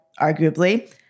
arguably